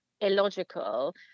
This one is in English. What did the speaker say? illogical